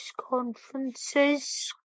conferences